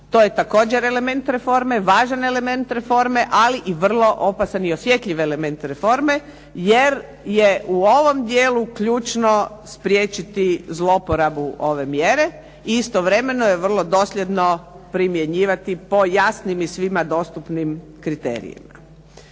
To je također element reforme, važan element reforme, ali i vrlo opasan i vrlo osjetljiv element reforme, jer je u ovom dijelu ključno spriječiti zlouporabu ove mjere i istovremeno je vrlo dosljedno primjenjivati po jasnim i svima dostupnim kriterijima.